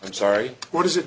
i'm sorry what is it